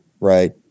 right